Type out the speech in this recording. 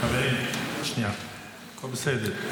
חברים, הכול בסדר.